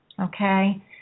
okay